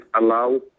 allow